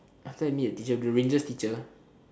after I meet the teacher the rangers teacher